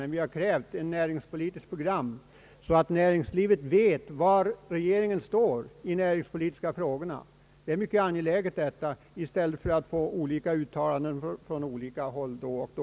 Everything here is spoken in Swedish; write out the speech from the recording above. Men vi har krävt ett näringspolitiskt program, så att näringslivet vet var regeringen står i de näringspolitiska frågorna. Detta är mycket angeläget i stället för att få olika uttalanden från olika håll då och då.